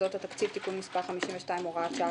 יסודות התקציב (תיקון מס' 52 הוראת שעה),